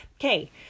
Okay